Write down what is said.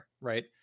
right